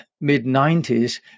mid-90s